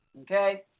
Okay